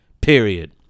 period